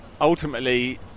ultimately